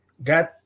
God